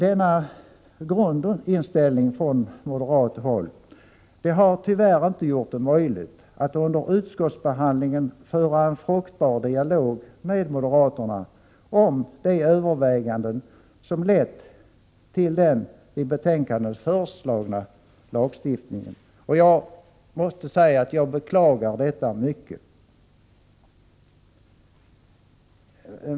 Denna grundinställning på moderat håll har tyvärr inte gjort det möjligt att under utskottsbehandlingen föra en fruktbar dialog med moderaterna om de överväganden som lett fram till den i betänkandet föreslagna lagstiftningen. Jag beklagar detta mycket.